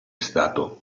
stato